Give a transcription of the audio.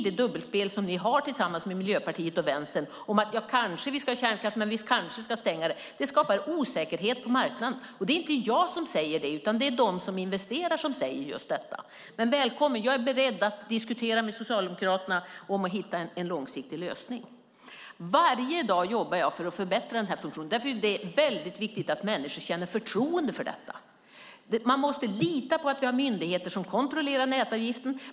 Det dubbelspel som ni har tillsammans med Miljöpartiet och Vänstern om att vi kanske ska ha kärnkraft men kanske ska stänga den skapar osäkerhet på marknaden. Det är inte jag som säger det, utan det är de som investerar som säger just detta. Men: Välkommen! Jag är beredd att diskutera med Socialdemokraterna om att hitta en långsiktig lösning. Varje dag jobbar jag för att förbättra den här funktionen, för det är väldigt viktigt att människor känner förtroende för detta. Man måste lita på att vi har myndigheter som kontrollerar nätavgiften.